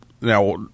now